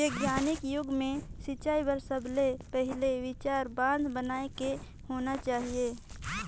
बिग्यानिक जुग मे सिंचई बर सबले पहिले विचार बांध बनाए के होना चाहिए